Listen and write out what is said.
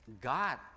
God